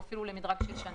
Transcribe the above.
או אפילו למדרג של שנה.